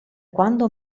quando